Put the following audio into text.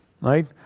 right